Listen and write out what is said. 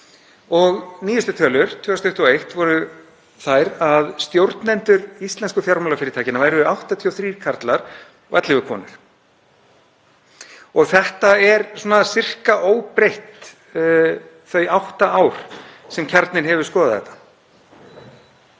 og nýjustu tölur 2021 voru þær að stjórnendur íslensku fjármálafyrirtækjanna væru 83 karlar og 11 konur. Þetta er um það bil óbreytt þau átta ár sem Kjarninn hefur skoðað þetta.